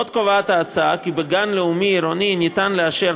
עוד מוצע בהצעה כי בגן לאומי עירוני אפשר יהיה לאשר